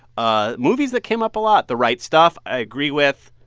ah movies that came up a lot the right stuff i agree with.